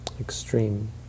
extreme